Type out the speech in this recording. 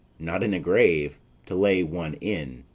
not in a grave to lay one in,